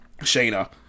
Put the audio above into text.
Shayna